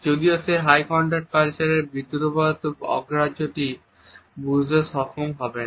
যদিও সে high contact কালচারের বিদ্রুপাত্মক অগ্রাহ্যতাটি বুঝতে সক্ষম হবে না